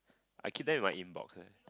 I keep them in my inbox leh